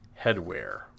headwear